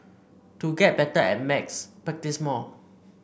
to get better at maths practise more